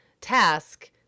task